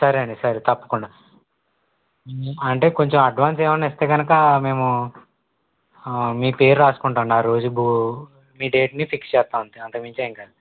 సరే అండి సరే తప్పకుండా అంటే కొంచం అడ్వాన్స్ ఏమన్న ఇస్తే కనుక మేము మీ పేరు రాసుకుంటామండి ఆ రోజు భో మీ డేట్ని ఫిక్స్ చేస్తాం అంతే అంతకు మించి ఏం కాదు